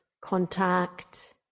contact